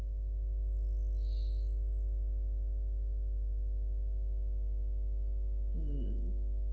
mm